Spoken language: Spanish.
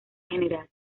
general